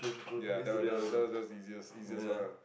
ya that that was that was easiest one lah